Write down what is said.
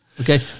Okay